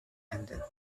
ended